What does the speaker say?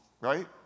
right